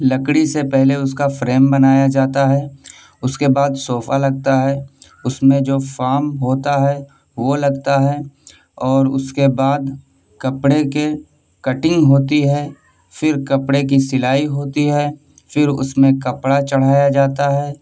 لکڑی سے پہلے اس کا فریم بنایا جاتا ہے اس کے بعد صوفہ لگتا ہے اس میں جو فام ہوتا ہے وہ لگتا ہے اور اس کے بعد کپڑے کے کٹنگ ہوتی ہے پھر کپڑے کی سلائی ہوتی ہے پھر اس میں کپڑا چڑھایا جاتا ہے